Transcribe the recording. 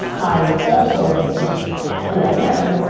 i also, just who i am,